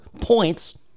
points